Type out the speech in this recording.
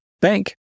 bank